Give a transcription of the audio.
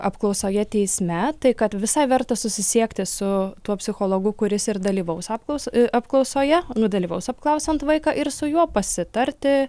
apklausoje teisme tai kad visai verta susisiekti su tuo psichologu kuris ir dalyvaus apklausa apklausoje nu dalyvaus apklausiant vaiką ir su juo pasitarti